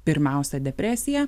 pirmiausia depresija